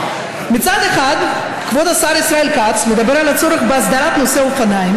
וקטנות, שאחת לחמש שנים מקיימות את הכינוס בישראל,